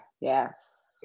Yes